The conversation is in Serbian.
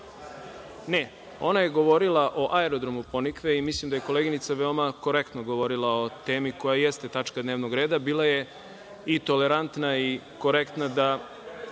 mesta:)Ona je govorila o aerodromu Ponikve i mislim da je veoma korektno govorila o temi koja jeste tačka dnevnog reda. Bila je i tolerantna i korektna da